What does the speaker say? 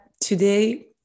Today